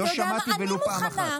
לא שמעתי אפילו פעם אחת.